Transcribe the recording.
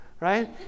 right